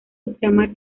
ultramar